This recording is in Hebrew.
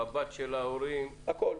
מבט של ההורים, הכול.